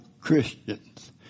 Christians